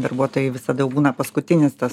darbuotojai visada jau būna paskutinis tas